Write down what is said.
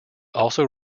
also